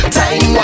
time